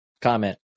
Comment